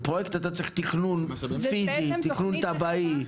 לפרויקט אתה צריך תכנון פיזי, תכנון תב"עי.